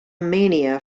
mania